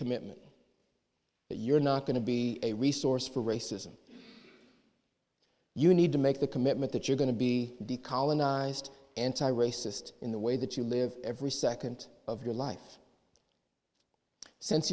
commitment that you're not going to be a resource for racism you need to make the commitment that you're going to be decolonized anti racist in the way that you live every second of your life since